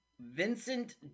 Vincent